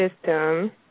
System